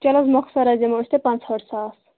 چلو مۄخصَر حظ دِمو أسۍ تۄہہِ پانٛژٕہٲٹھ ساس